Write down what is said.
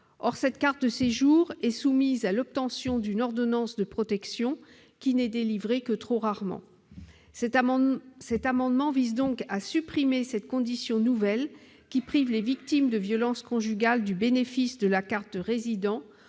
de cette carte de séjour est soumise à l'obtention d'une ordonnance de protection, qui n'est délivrée que trop rarement. Cet amendement vise donc à supprimer cette condition nouvelle, qui prive les victimes de violences conjugales du bénéfice de la carte de résident